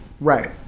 Right